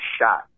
shot